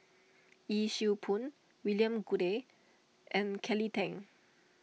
Yee Siew Pun William Goode and Kelly Tang